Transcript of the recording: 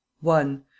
one